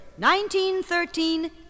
1913